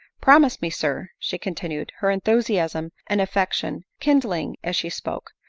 promise me, sir, she continued, her enthusiasm and af fection kindling as she spoke,